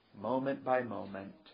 moment-by-moment